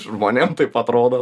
žmonėm taip atrodo